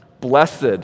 Blessed